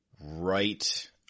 right